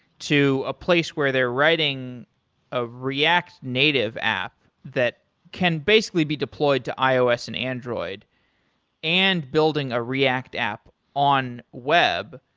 to a place where they're writing a react native app that can basically be deployed to ios and android and building a react app on web,